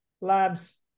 labs